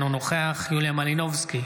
אינו נוכח יוליה מלינובסקי,